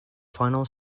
final